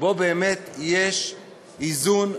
שבו באמת יש איזון,